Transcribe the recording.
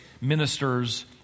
ministers